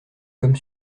comme